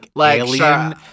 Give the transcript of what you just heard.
alien